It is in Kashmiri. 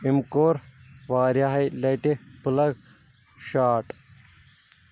أمۍ کوٚر واریاہہِ لٹہِ پُلگ شاٹھ